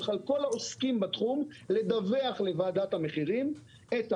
כל העוסקים בתחום לדווח לוועדת המחירים את העלויות,